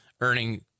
earning